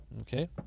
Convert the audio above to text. okay